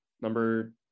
number